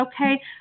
okay